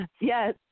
Yes